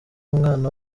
umwana